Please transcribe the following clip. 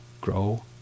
grow